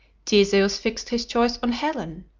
theseus fixed his choice on helen,